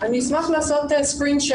אני אשמח לעשות sharing screen,